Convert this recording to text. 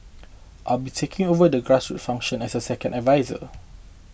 I'll be taking over the grassroots function as second adviser